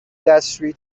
دستشویی